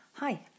Hi